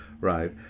right